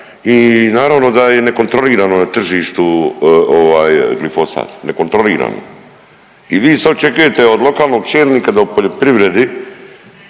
i naravno da je nekontrolirano na tržištu glifosat, nekontrolirano. I vi sad očekujete od lokalnog čelnika da u poljoprivredi,